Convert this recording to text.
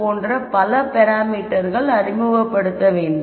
போன்ற பல பாராமீட்டர்ஸ்கள் அறிமுகப்படுத்த வேண்டும்